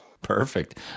Perfect